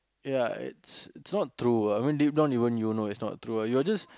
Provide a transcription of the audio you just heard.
ya it's it's not true ah I mean deep down you won't you will know it's not true ah you are just